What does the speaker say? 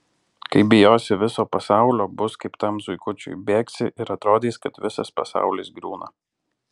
kai bijosi viso pasaulio bus kaip tam zuikučiui bėgsi ir atrodys kad visas pasaulis griūna